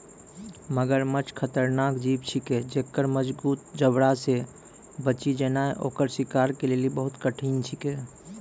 मगरमच्छ खतरनाक जीव छिकै जेक्कर मजगूत जबड़ा से बची जेनाय ओकर शिकार के लेली बहुत कठिन छिकै